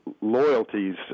loyalties